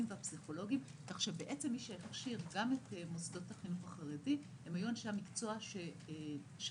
כך שמי שהכשיר גם את מוסדות החינוך החרדי היו אנשי המקצוע שלהם